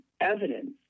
evidence